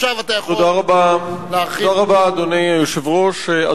תודה רבה, אדוני היושב-ראש.